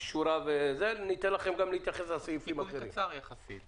בזום הזמנתי כמה אחדים,